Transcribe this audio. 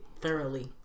thoroughly